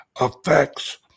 affects